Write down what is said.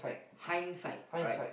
hindsight alright